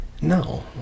no